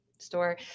Store